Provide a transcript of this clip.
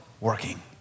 working